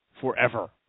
forever